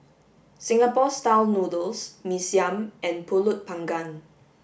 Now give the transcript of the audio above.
Singapore style noodles mee siam and pulut panggang